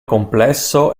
complesso